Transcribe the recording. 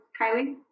Kylie